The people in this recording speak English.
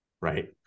Right